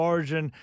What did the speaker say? Origin